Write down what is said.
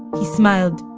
he smiled.